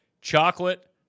chocolate